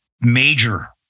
major